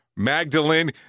Magdalene